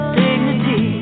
dignity